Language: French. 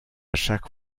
chaque